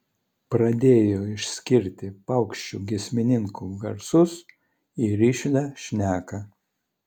pradėjo išskirti paukščių giesmininkų garsus į rišlią šneką